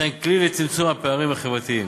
וכן כלי לצמצום הפערים החברתיים.